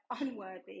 unworthy